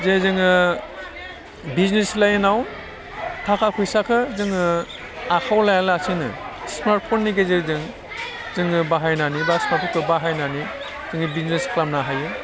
जे जोङो बिजिनेस लाइनाव थाखा फैसाखौ जोङो आखावाव लाया लासिनो स्मार्ट फननि गेजेरजों जोङो बाहायनानै बा स्मार्ट फनखौ बाहायनानै जोङो बिजिनेस खालामनो हायो